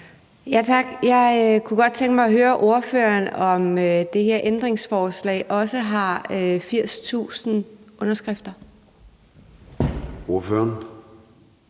Tak. Jeg kunne godt tænke mig at høre ordføreren, om det her ændringsforslag også har 80.000 underskrifter. Kl.